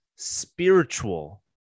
spiritual